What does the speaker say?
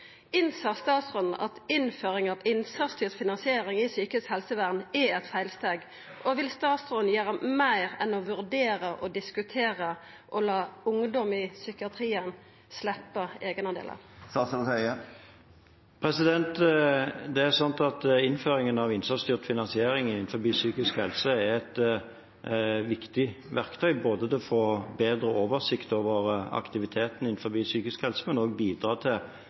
statsråden at innføringa av innsatsstyrt finansiering i psykisk helsevern er eit feilsteg, og vil statsråden gjera meir enn å vurdera og diskutera – og la ungdom i psykiatrien sleppa eigendelar? Innføringen av innsatsstyrt finansiering innen psykisk helse er et viktig verktøy, både for å få bedre oversikt over aktiviteten innen psykisk helse, bidra til økt aktivitet og